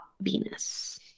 venus